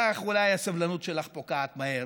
אולי הסבלנות שלך פוקעת מהר,